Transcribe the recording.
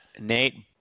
Nate